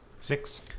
Six